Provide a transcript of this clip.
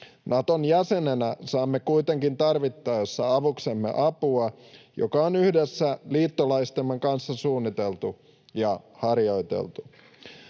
Naton jäsenenä saamme kuitenkin tarvittaessa avuksemme apua, joka on yhdessä liittolaistemme kanssa suunniteltu ja harjoiteltu.